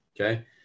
Okay